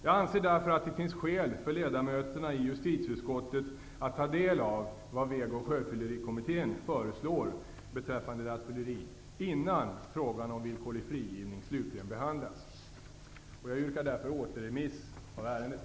Jag anser därför att det finns skäl för ledamöterna i justitieutskottet att ta del av vad Väg och sjöfyllerikommittén föreslår beträffande rattfylleri innan frågan om villkorlig frigivning slutligen behandlas. Jag yrkar därför återremiss av ärendet.